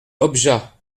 objat